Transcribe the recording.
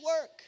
work